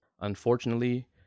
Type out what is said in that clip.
Unfortunately